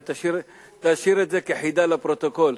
תשאיר את זה כחידה לפרוטוקול.